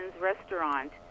restaurant